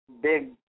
big